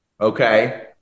okay